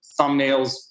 thumbnails